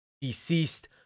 deceased